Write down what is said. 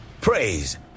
praise